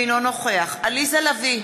אינו נוכח עליזה לביא,